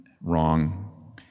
Wrong